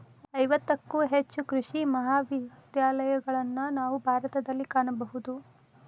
ಐವತ್ತಕ್ಕೂ ಹೆಚ್ಚು ಕೃಷಿ ಮಹಾವಿದ್ಯಾಲಯಗಳನ್ನಾ ನಾವು ಭಾರತದಲ್ಲಿ ಕಾಣಬಹುದು